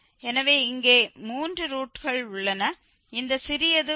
எனவே இங்கே மூன்று ரூட்கள் உள்ளன இந்த சிறியது உண்மையில் 0